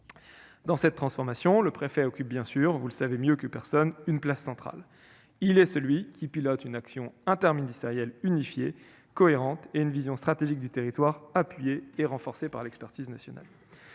Dans cette transformation, le préfet occupe bien sûr- vous le savez mieux que quiconque -une place centrale : il est celui qui pilote une action interministérielle unifiée et cohérente et une vision stratégique du territoire appuyée et renforcée par l'expertise nationale.